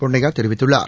பொன்னையாதெரிவித்துள்ளார்